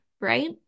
right